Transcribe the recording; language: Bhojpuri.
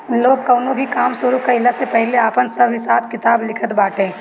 लोग कवनो भी काम शुरू कईला से पहिले आपन सब हिसाब किताब लिखत बाटे